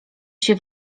się